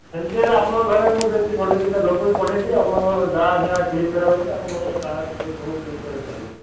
ସେମତି ହେଲେ ଆପଣଙ୍କ ଘରେ ମୁଁ ସେମତି ଗୋଟେ ଦୁଇଟା ଲୋକ ବି ପଠେଇଦେବି ଆପଣଙ୍କ ଯାହାଯାହା କ୍ଲିକ୍ କରିବାକୁ ଅଛି ଆପଣଙ୍କ ତାହାଠାରୁ ସବୁ କ୍ଲିକ୍ କରେଇପାରିବେ